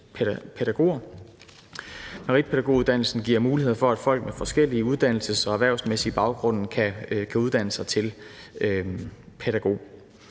Meritpædagoguddannelsen giver muligheder for, at folk med forskellige uddannelses- og erhvervsmæssige baggrunde kan uddanne sig til pædagog.